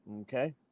Okay